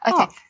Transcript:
Okay